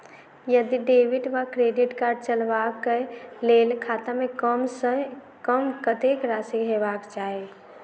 यदि डेबिट वा credit card चलबाक कऽ लेल खाता मे कम सऽ कम कत्तेक राशि हेबाक चाहि?